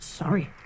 Sorry